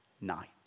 night